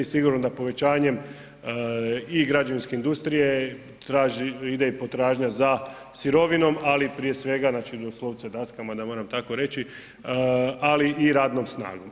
Sigurno da povećanjem i građevinske industrije ide i potražnja za sirovinom ali i prije svega, znači doslovce daskama da moram tako reći ali i radnom snagom.